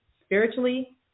spiritually